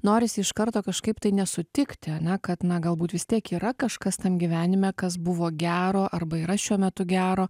norisi iš karto kažkaip tai nesutikti ane kad na galbūt vis tiek yra kažkas tam gyvenime kas buvo gero arba yra šiuo metu gero